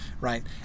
right